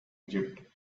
egypt